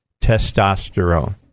testosterone